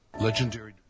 legendary